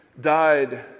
died